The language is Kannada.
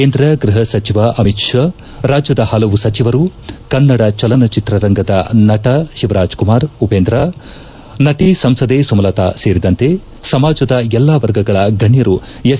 ಕೇಂದ್ರ ಗೃಪ ಸಚಿವ ಅಮಿತ್ ಶಾ ರಾಜ್ಯದ ಹಲವು ಸಚಿವರು ಕನ್ನಡ ಚಲನಚಿತ್ರ ರಂಗದ ನಟ ಶಿವರಾಜ್ ಕುಮಾರ್ ಉಪೇಂದ್ರ ನಟಿ ಸಂಸದೆ ಸುಮಲತಾ ಸೇರಿದಂತೆ ಸಮಾಜದ ಎಲ್ಲಾ ವರ್ಗಗಳ ಗಣ್ಣರು ಎಸ್